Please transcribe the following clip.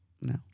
No